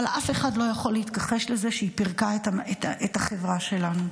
אבל אף אחד לא יכול להתכחש לזה שהיא פירקה את החברה שלנו.